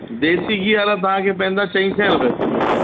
देसी गिह वारा तव्हां खे पवंदा चईं सौ रुपए किलो